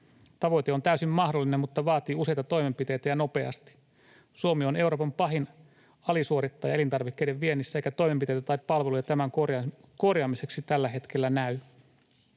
Tavoite on täysin mahdollinen, mutta vaatii useita toimenpiteitä ja nopeasti. Suomi on Euroopan pahin alisuorittaja elintarvikkeiden viennissä, eikä toimenpiteitä tai palveluja tämän korjaamiseksi tällä hetkellä näy.